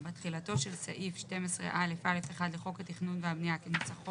תחילתו של סעיף 12 (א') א' 1 לחוק התכנון והבנייה כניסוחו